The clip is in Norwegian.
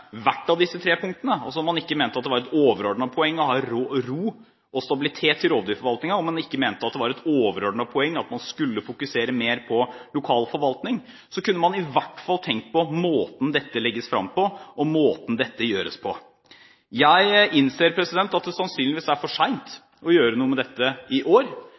hvert av disse tre punktene – altså om man ikke mente at det var noe overordnet poeng å ha ro og stabilitet i rovdyrforvaltningen, om man ikke mente at det var et overordnet poeng at man skulle fokusere mer på lokal forvaltning – i hvert fall kunne tenkt på måten dette legges fram på, og måten dette gjøres på. Jeg innser at det sannsynligvis er for sent å gjøre noe med dette i år,